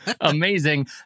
amazing